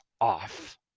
off